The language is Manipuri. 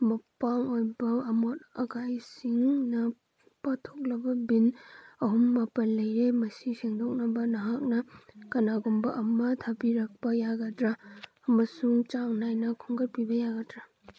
ꯃꯄꯥꯡ ꯑꯣꯏꯕ ꯑꯃꯣꯠ ꯑꯀꯥꯏꯁꯤꯡꯅ ꯄꯥꯊꯣꯛꯂꯕ ꯕꯤꯟ ꯑꯍꯨꯝ ꯃꯥꯄꯜ ꯂꯩꯔꯦ ꯃꯁꯤ ꯁꯦꯡꯗꯣꯛꯅꯕ ꯃꯍꯥꯛꯅ ꯀꯅꯥꯒꯨꯝꯕ ꯑꯃ ꯊꯥꯕꯤꯔꯛꯄ ꯌꯥꯒꯗ꯭ꯔ ꯑꯃꯁꯨꯡ ꯆꯥꯡ ꯅꯥꯏꯅ ꯈꯣꯝꯒꯠꯄꯤꯕ ꯌꯥꯒꯗ꯭ꯔ